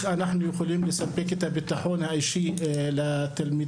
אנחנו יכולים לספק את הביטחון האישי לתלמידים.